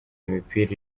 imipira